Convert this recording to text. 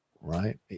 right